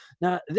Now